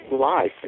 life